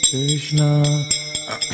Krishna